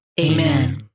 Amen